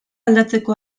aldatzeko